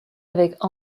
avec